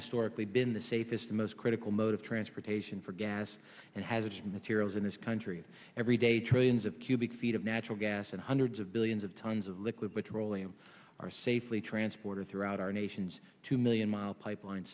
historically been the safest most critical mode of transportation for gas and hazardous materials in this country every day trillions of cubic feet of natural gas and hundreds of billions of tons of liquid petroleum are safely transporter throughout our nation's two million mile pipeline